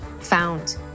found